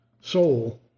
soul